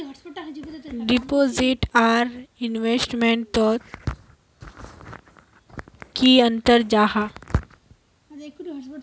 Deposit आर investment तोत की अंतर जाहा?